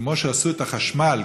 כמו שעשו את החשמל,